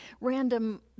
random